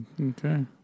Okay